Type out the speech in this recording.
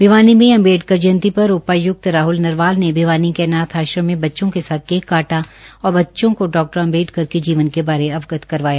भिवानी में अम्बेडकर जयंती पर उपायुक्त राहुल नरवाल ने भिवानी के अनाथ आश्रम में बच्चों के साथ केक काटा और बच्चों का डॉ अम्बेडकर के जीवन के बारे अवगत करवाया